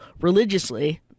religiously